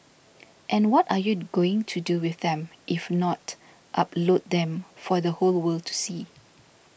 and what are you going to do with them if not upload them for the whole world to see